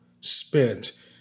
spent